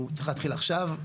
הוא צריך להתחיל עכשיו.